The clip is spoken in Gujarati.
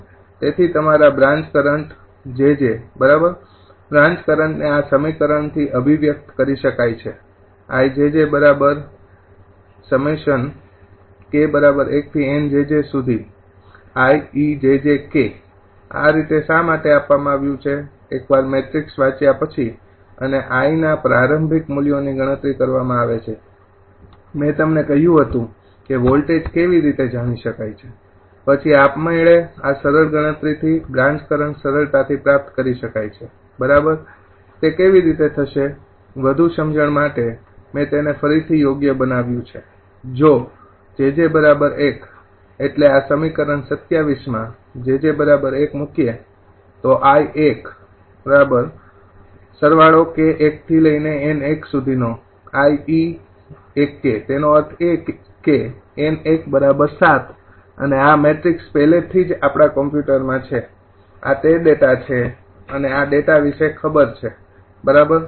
તેથી તમારા બ્રાન્ચ કરંટ jj બરાબર બ્રાન્ચ કરંટ ને આ સમીકરણથી અભિવ્યક્તિ કરી શકાય છે આ રીતે શા માટે આપવામાં આવ્યું છે એકવારમેટ્રિક્સ વાંચ્યા પછી અને is ના પ્રારંભિક મૂલ્યોની ગણતરી કરવામાં આવે છે મેં તમને કહ્યું હતું કે વોલ્ટેજ કેવી રીતે જાણી શકાય છે પછી આપમેળે આ સરળ ગણતરીથી બ્રાન્ચ કરંટ સરળતાથી પ્રાપ્ત કરી શકાય છે બરાબર તે કેવી રીતે થશે વધુ સમજણ માટે મેં તેને ફરીથી યોગ્ય બનાવ્યું છે જો 𝑗𝑗 ૧ એટલે આ સમીકરણ ૨૭માં 𝑗𝑗 ૧ તેનો અર્થ એ કે 𝑁 ૧ ૭ અને આ મેટ્રિક્સ પહેલા થી જ આપણાં કમ્પ્યુટરમાં છે આ તે ડેટા છે અનેઆ ડેટા વિશે ખબર છે બરોબર